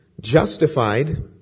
justified